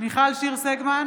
מיכל שיר סגמן,